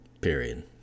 Period